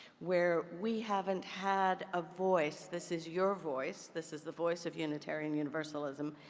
where we haven't had a voice, this is your voice, this is the voice of unitarian universalism,